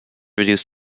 reduce